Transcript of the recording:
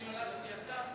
אני נולדתי אסף,